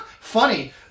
Funny